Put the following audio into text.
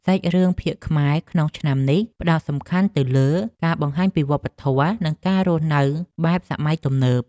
សាច់រឿងភាគខ្មែរក្នុងឆ្នាំនេះផ្តោតសំខាន់ទៅលើការបង្ហាញពីវប្បធម៌ និងការរស់នៅបែបសម័យទំនើប។